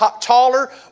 taller